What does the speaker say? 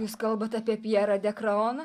jūs kalbat apie pjerą de kraoną